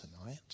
tonight